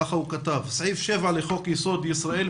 ככה הוא כתב: "סעיף 7 לחוק יסוד ישראל,